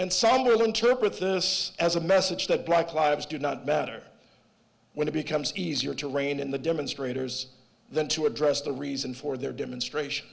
girl interpret this as a message that black lives do not matter when it becomes easier to rein in the demonstrators than to address the reason for their demonstration